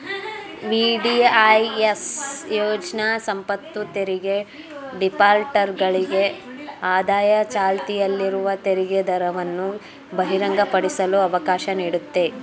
VDIS ಯೋಜ್ನ ಸಂಪತ್ತುತೆರಿಗೆ ಡಿಫಾಲ್ಟರ್ಗಳಿಗೆ ಆದಾಯ ಚಾಲ್ತಿಯಲ್ಲಿರುವ ತೆರಿಗೆದರವನ್ನು ಬಹಿರಂಗಪಡಿಸಲು ಅವಕಾಶ ನೀಡುತ್ತೆ